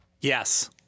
Yes